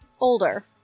older